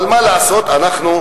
אבל מה לעשות, אנחנו,